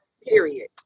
period